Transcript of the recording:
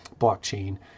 blockchain